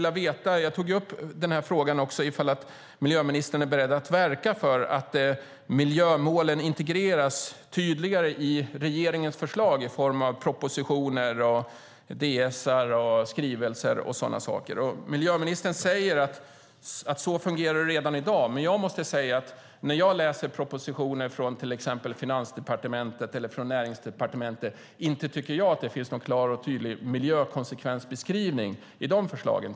Jag frågade också om miljöministern är beredd att verka för att miljömålen tydligare integreras i regeringens förslag i form av propositioner, departementsskrivelser och sådana saker. Miljöministern säger att det redan i dag fungerar så. Jag måste dock säga att när jag läser propositioner från till exempel Finansdepartementet eller Näringsdepartementet tycker då inte jag att det finns någon klar och tydlig miljökonsekvensbeskrivning i de förslagen.